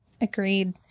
Agreed